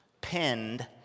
pinned